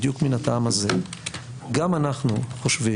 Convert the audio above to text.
בדיוק מן הטעם הזה גם אנחנו חושבים,